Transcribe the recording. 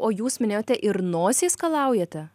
o jūs minėjote ir nosį skalaujate